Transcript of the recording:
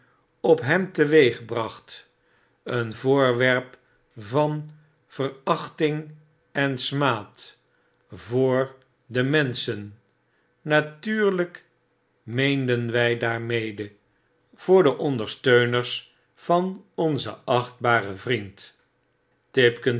op hem teweegbracht een voorwerp van verachting en smaad voor de menschen natuurlgk meenen wjj daarmede voor de ondersteuners van onzen achtbaren vriend